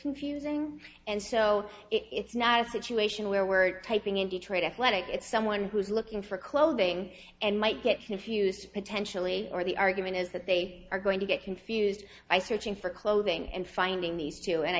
confusing and so it's not a situation where we're typing in detroit atlanta it's someone who's looking for clothing and might get confused potentially or the argument is that they are going to get confused by searching for clothing and finding these two and i